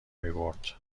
میبرد